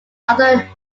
other